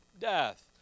death